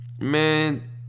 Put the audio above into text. Man